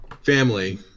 family